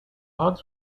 hogs